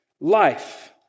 life